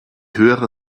höhere